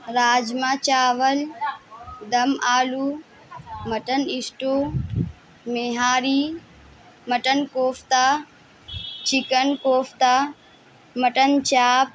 راجما چاول dum aloo mutton stew nihari mutton kofta chicken kofta mutton چاپ